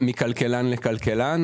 מכלכלן לכלכלן.